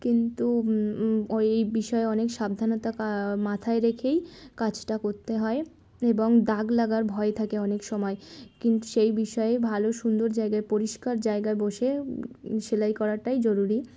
কিন্তু ও এই বিষয়ে অনেক সাবধানতা মাথায় রেখেই কাজটা করতে হয় এবং দাগ লাগার ভয় থাকে অনেক সময় কিন্তু সেই বিষয়ে ভালো সুন্দর জায়গায় পরিষ্কার জায়গায় বসে সেলাই করাটাই জরুরি